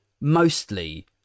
mostly